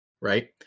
Right